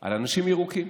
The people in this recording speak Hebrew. על אנשים ירוקים.